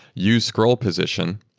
use scroll position,